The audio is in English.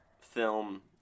film